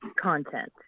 content